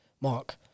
Mark